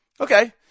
Okay